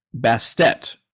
Bastet